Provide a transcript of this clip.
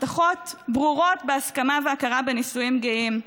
הבטחות ברורות להסכמה והכרה בנישואים גאים,